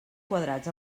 quadrats